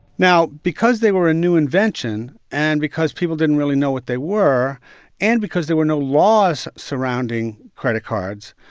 now because they were a new invention and because people didn't really know what they were and because there were no laws surrounding credit cards,